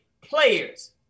players